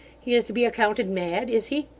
he is to be accounted mad, is he